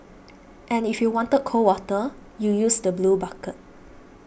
and if you wanted cold water you use the blue bucket